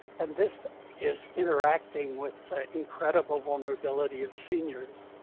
and this is interacting with the incredible vulnerability of seniors,